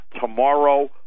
tomorrow